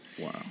Wow